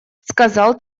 сказал